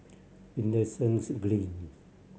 Finlayson Green